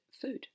food